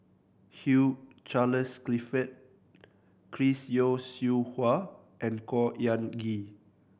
Hugh Charles Clifford Chris Yeo Siew Hua and Khor Ean Ghee